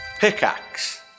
Pickaxe